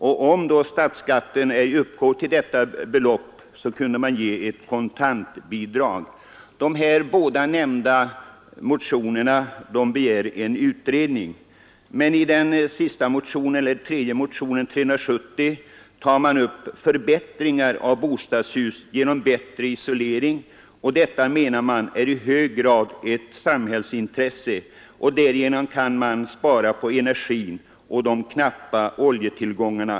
——— För den vars statsskatt inte uppgår till 300 kronor borde kontantutbetalning av bidrag kunna ske.” I dessa båda motioner begärs en utredning, men i motion 370 tar man upp förbättringar av bostadshus genom värmeisolering. Motionärerna menar att detta i hög grad är ett samhällsintresse och att man därigenom kan spara på energin och på de knappa oljetillgångarna.